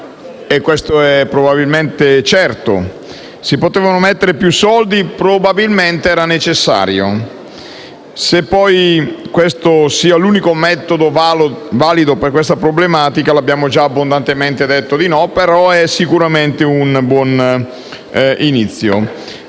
Questo è probabilmente certo. Si potevano mettere più soldi? Probabilmente era necessario. Alla domanda se, poi, questo sia l'unico metodo valido per affrontare tale problematica abbiamo già abbondantemente risposto di no, ma è sicuramente un buon inizio.